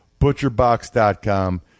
butcherbox.com